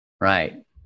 Right